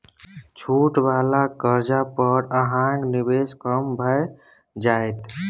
छूट वला कर्जा पर अहाँक निवेश कम भए जाएत